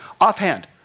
offhand